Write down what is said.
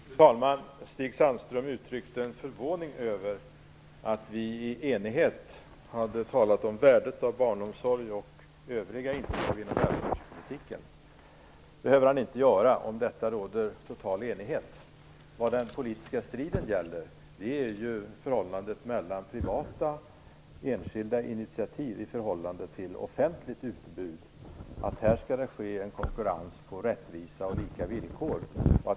Fru talman! Stig Sandström uttryckte en förvåning över att vi i enighet hade talat om värdet av barnomsorg och av övriga inslag i den här politiken. Det behöver han inte göra. Om detta råder total enighet. Vad den politiska striden gäller är förhållandet mellan privata och enskilda initiativ i förhållande till offentligt utbud. Här skall det ske en konkurrens på rättvisa och lika villkor.